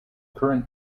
current